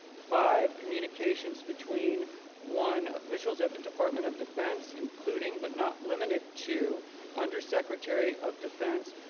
five. communications between one. officials at the department of defense including but not limited to under secretary of defense,